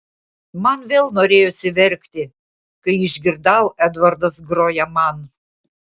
man vėl norėjosi verkti kai išgirdau edvardas groja man